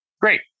great